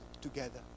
together